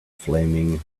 flaming